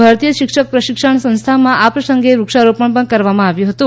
ભારતીય શિક્ષક પ્રશિક્ષણ સંસ્થામાં આ પ્રસંગે વૃક્ષા રોપણ કરવામાં આવ્યું હતુ